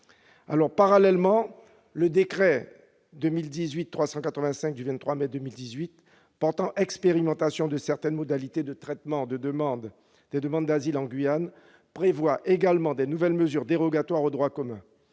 Parallèlement, le décret n° 2018-385 du 23 mai 2018 portant expérimentation de certaines modalités de traitement des demandes d'asile en Guyane prévoit également de nouvelles mesures dérogatoires au droit commun.